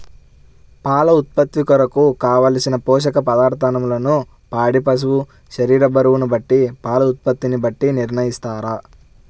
పాల ఉత్పత్తి కొరకు, కావలసిన పోషక పదార్ధములను పాడి పశువు శరీర బరువును బట్టి పాల ఉత్పత్తిని బట్టి నిర్ణయిస్తారా?